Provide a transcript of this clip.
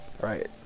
Right